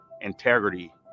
integrity